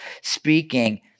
speaking